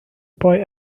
boy